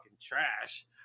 trash